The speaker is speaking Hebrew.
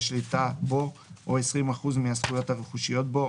שליטה בו או 20% מהזכויות הרכושיות בו,